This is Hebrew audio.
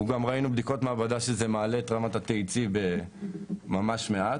ראינו גם בדיקות מעבדה שזה מעלה את רמת התאי צי ממש מעט.